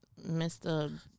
Mr